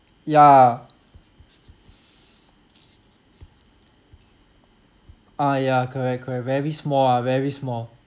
ya uh ya correct correct very small lah very small